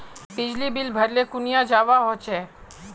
बिजली बिल भरले कुनियाँ जवा होचे?